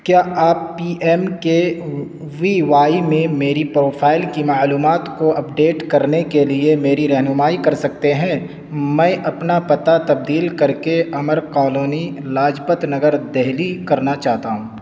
کیا آپ P M K V Y میں میری پروفائل کی معلومات کو اپڈیٹ کرنے کے لیے میری رہنمائی کر سکتے ہیں میں اپنا پتہ تبدیل کر کے امر کالونی لاجپت نگر دہلی کرنا چاہتا ہوں